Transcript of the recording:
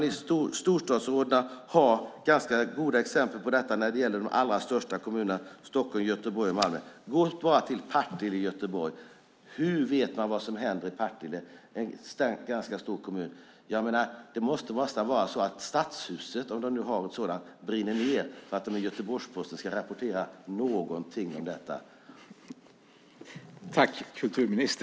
I storstadsområdena finns ganska goda exempel på detta i fråga om de största kommunerna Stockholm, Göteborg och Malmö. Se bara på Partille i Göteborg. Hur vet man vad som händer i Partille - en ganska stor kommun? Det måste nästan vara så att stadshuset - om det har ett sådant - brinner ned för att Göteborgs-Posten ska rapportera någonting från Partille.